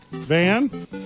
Van